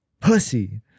Pussy